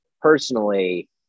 personally